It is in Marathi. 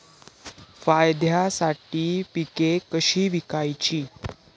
फायद्यासाठी पिके कशी विकायची?